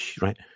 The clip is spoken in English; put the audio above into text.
right